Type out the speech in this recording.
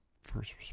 first